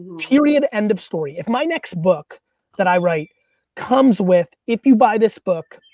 period, end of story. if my next book that i write comes with, if you buy this book,